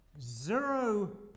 zero